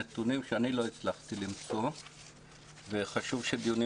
נתונים שאני לא הצלחתי למצוא וחשוב שדיונים